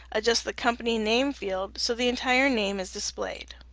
adjust the company name field so the entire name is displayed.